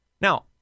Now